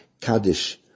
Kaddish